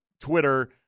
Twitter –